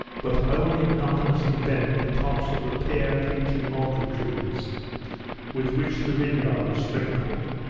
but only monotonously bent the tops of the pear, peach, and mulberry trees with which the vineyard was sprinkled.